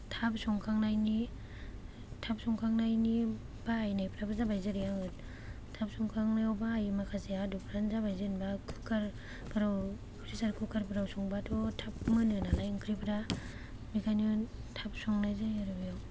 थाब संखांनायनि थाब संखांनायनि बाहायनायफ्राबो जाबाय जेरै आङो थाब संखांनायाव बाहायो माखासे आदबफ्रानो जाबाय जेनबा कुकार प्रेसार कुकारफोराव संबाथ' थाब मोनो नालाय ओंख्रिफोरा बेखायनो थाब संनाय जायो आरो बे